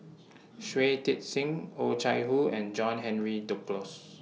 Shui Tit Sing Oh Chai Hoo and John Henry Duclos